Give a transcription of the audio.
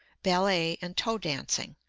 ballet and toe dancing.